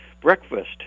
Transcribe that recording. Breakfast